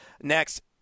next